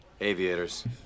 aviators